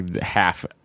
half